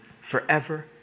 forever